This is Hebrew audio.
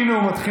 הינה הוא מתחיל.